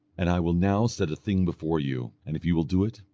and i will now set a thing before you, and if you will do it,